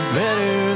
better